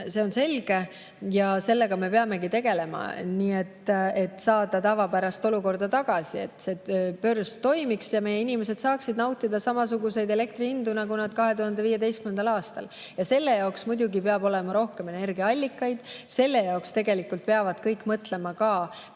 see on selge. Sellega me peamegi tegelema, et saada tavapärane olukord tagasi, et börs toimiks ja meie inimesed saaksid nautida samasuguseid elektrihindu nagu 2015. aastal. Selle jaoks muidugi peab olema rohkem energiaallikaid, selle jaoks peavad kõik mõtlema ka selle